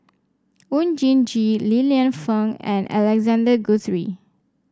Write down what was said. Oon Jin Gee Li Lienfung and Alexander Guthrie